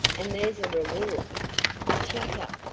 and there's a reward shet up!